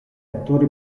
attori